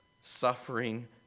suffering